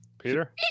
Peter